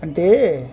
అంటే